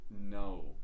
no